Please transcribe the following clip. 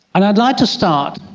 and i'd like to start,